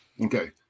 Okay